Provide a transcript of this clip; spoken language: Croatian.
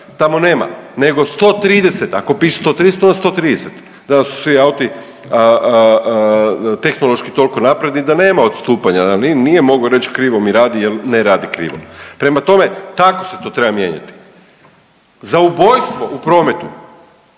Tamo nema, nego 130 ako piše 130 onda 130, danas su svi auti tehnološki toliko napredni da nema odstupanja, ali ni nije mogao reći krivo mi radi jer ne radi krivo. Prema tome tako se to treba mijenjati. Za ubojstvo u prometu